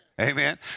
Amen